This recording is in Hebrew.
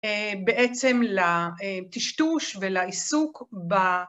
בעצם לטשטוש ולעיסוק